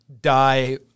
die